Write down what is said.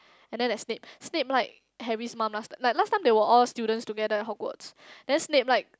and then there's Snape Snape like Harry's mum last time like last time they were all students together at Hogwards then Snape like